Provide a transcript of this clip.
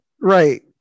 right